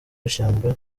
ishyamba